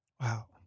Wow